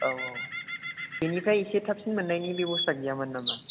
औ औ बेनिफ्राइ एसे थाबसिन मोननायनि बेबस्था गैयामोन नामा